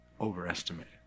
overestimated